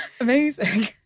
Amazing